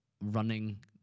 running